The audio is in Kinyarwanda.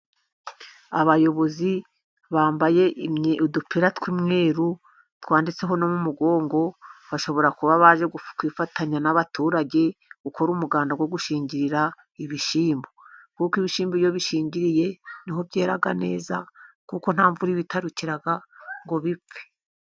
Abayobozi bambaye udupira tw'umweru twanditseho no mu mugongo, bashobora kuba baje kwifatanya n'abaturage gukora umuganda wo gushingirira ibishyimbo, kuko ibishyimbo iyo bishingiriye niho byera neza, kuko nta mvura ibitarukira ngo bipfe.